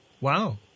Wow